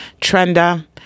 Trenda